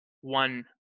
one